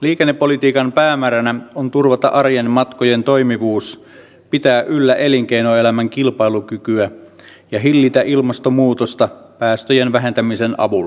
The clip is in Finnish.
liikennepolitiikan päämääränä on turvata arjen matkojen toimivuus pitää yllä elinkeinoelämän kilpailukykyä ja hillitä ilmastonmuutosta päästöjen vähentämisen avulla